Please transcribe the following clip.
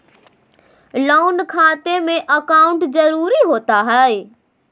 Loan खाते में account जरूरी होता है?